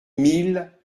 mille